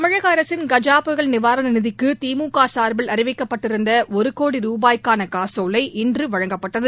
தமிழக அரசின் கஜா புயல் நிவாரண நிதிக்கு திமுக சார்பில் அறிவிக்கப்பட்டிருந்த ஒரு கோடி ரூபாய்க்கான காசோலை இன்று வழங்கப்பட்டது